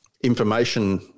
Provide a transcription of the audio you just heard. information